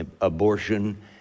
Abortion